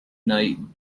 night